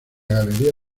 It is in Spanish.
galería